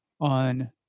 on